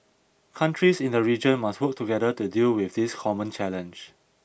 countries in the region must work together to deal with this common challenge